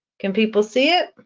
can people see it?